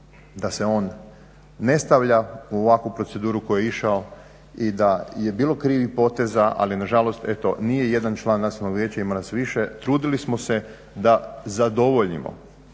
da se on ne stavlja u ovakvu proceduru u koju je išao i da je bilo krivih poteza, ali nažalost eto nije jedan član Nacionalnog vijeća, ima nas više, trudili smo se da zadovoljimo